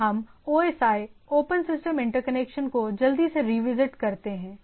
हम OSI open system interconnection को जल्दी से रिविजिट करते हैं